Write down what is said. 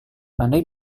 pandai